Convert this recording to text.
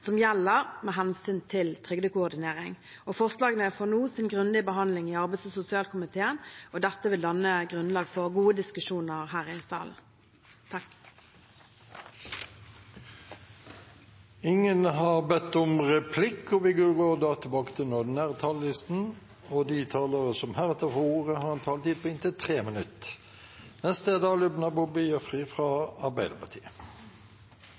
som gjelder med hensyn til trygdekoordinering. Forslagene får nå sin grundige behandling i arbeids- og sosialkomiteen, og dette vil danne grunnlag for gode diskusjoner her i salen. Ingen har bedt om ordet til replikk. De talerne som heretter får ordet, har en taletid på inntil 3 minutter. Siden regjeringspartiene blir utfordret direkte, tenker jeg at da